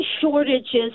shortages